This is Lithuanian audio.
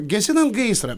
gesinant gaisrą